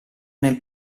nel